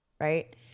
right